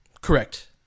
correct